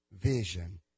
Vision